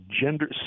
gender